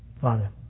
Father